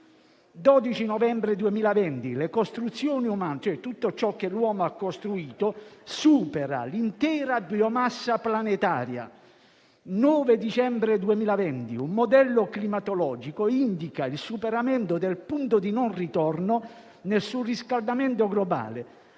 12 novembre 2020: le costruzioni umane (cioè tutto ciò che l'uomo ha costruito) superano l'intera biomassa planetaria. 9 dicembre 2020: un modello climatologico indica il superamento del punto di non ritorno nel surriscaldamento globale,